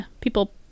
people